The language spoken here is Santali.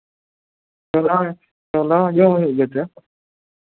ᱪᱷᱳᱞᱟ ᱦᱚᱸ ᱡᱚᱢ ᱦᱩᱭᱩᱜ ᱜᱮᱛᱮ